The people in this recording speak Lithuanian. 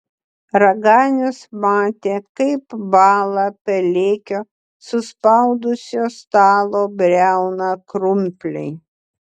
raganius matė kaip bąla pelėkio suspaudusio stalo briauną krumpliai